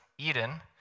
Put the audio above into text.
Eden